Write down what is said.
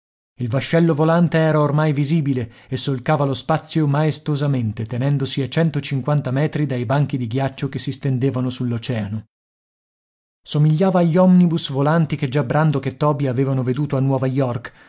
il vascello volante era ormai visibile e solcava lo spazio maestosamente tenendosi a centocinquanta metri dai banchi di ghiaccio che si stendevano sull'oceano somigliava agli omnibus volanti che già brandok e toby avevano veduto a nuova york